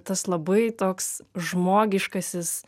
tas labai toks žmogiškasis